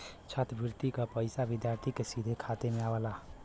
छात्रवृति क पइसा विद्यार्थी के सीधे खाते में आवला